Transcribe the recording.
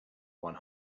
one